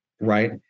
right